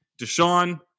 Deshaun